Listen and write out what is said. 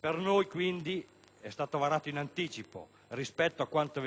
è stato quindi varato in anticipo rispetto a quanto avveniva negli scorsi anni,